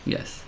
Yes